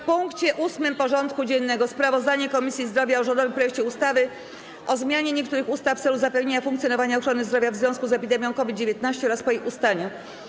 Powracamy do rozpatrzenia punktu 8. porządku dziennego: Sprawozdanie Komisji Zdrowia o rządowym projekcie ustawy o zmianie niektórych ustaw w celu zapewnienia funkcjonowania ochrony zdrowia w związku z epidemią COVID-19 oraz po jej ustaniu.